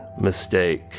mistake